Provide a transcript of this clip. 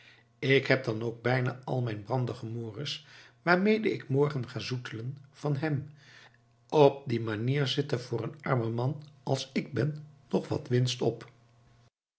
ik heb dan ook bijna al mijn brangdemoris waarmede ik morgen ga zoetelen van hem op die manier zit er voor een arm man als ik ben nog wat winst op